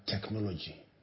technology